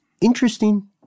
Interesting